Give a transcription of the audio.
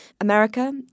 America